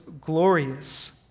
glorious